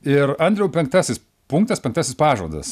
ir andriau penktasis punktas penktasis pažadas